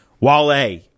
Wale